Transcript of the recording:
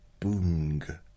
Boong